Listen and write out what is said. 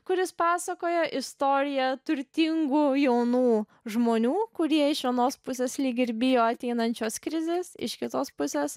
kuris pasakoja istoriją turtingų jaunų žmonių kurie iš vienos pusės lyg ir bijo ateinančios krizės iš kitos pusės